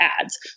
ads